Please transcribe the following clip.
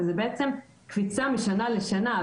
וזו בעצם קפיצה משנה לשנה,